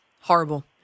horrible